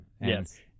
Yes